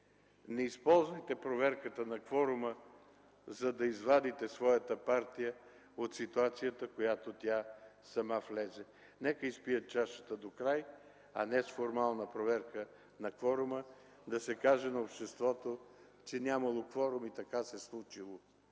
не използвайте проверката на кворума, за да извадите своята партия от ситуацията, в която тя сама влезе. Нека изпият чашата докрай, а не с формална проверка на кворума да се каже на обществото, че нямало кворум и така се случило.